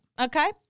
Okay